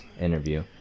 interview